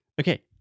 Okay